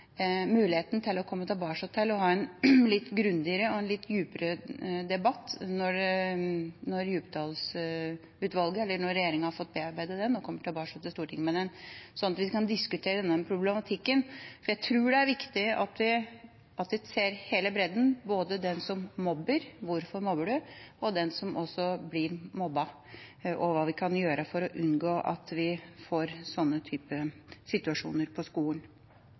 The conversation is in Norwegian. muligheten til å komme tilbake og ha en litt grundigere og en litt dypere debatt når regjeringa har fått bearbeidet Djupedal-utvalgets rapport og kommer tilbake til Stortinget med den, så vi kan få diskutert den problematikken. For jeg tror det er viktig at vi ser hele bredden, både den som mobber – hvorfor mobber en? – og den som blir mobbet, og hva vi kan gjøre for å unngå at vi får den type situasjoner på skolen.